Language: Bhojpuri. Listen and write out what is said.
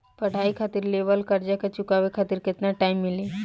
पढ़ाई खातिर लेवल कर्जा के चुकावे खातिर केतना टाइम मिली?